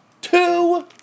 two